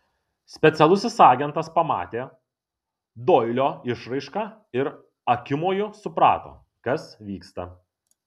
specialusis agentas pamatė doilio išraišką ir akimoju suprato kas vyksta